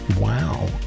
Wow